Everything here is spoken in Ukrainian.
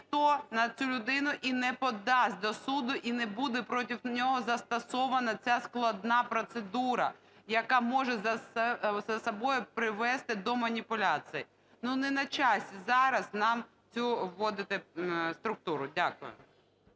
ніхто на цю людину і не подасть до суду і не буде проти нього застосована ця складна процедура, яка може за собою привести до маніпуляцій. Ну, не на часі зараз нам цю вводити структуру. Дякую.